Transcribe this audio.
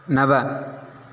नव